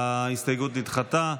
ההסתייגות נדחתה.